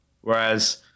Whereas